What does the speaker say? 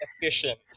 efficient